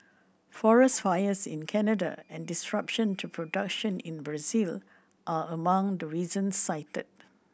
forest fires in Canada and disruption to production in Brazil are among the reasons cited